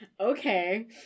Okay